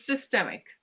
systemic